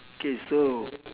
okay so